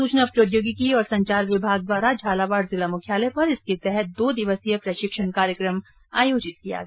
सूचना प्रौद्योगिकी और संचार विभाग द्वारा झालावाड़ जिला मुख्यालय पर इसके तहत दो दिवसीय प्रशिक्षण कार्यक्रम आयोजित किया गया